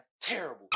terrible